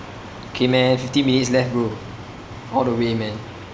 okay man fifteen minutes left bro all the way man